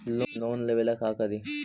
Loan लेबे ला का करि?